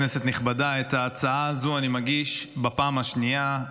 כנסת נכבדה, את ההצעה הזאת אני מגיש בפעם השנייה.